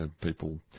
people